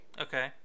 Okay